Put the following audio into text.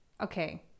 okay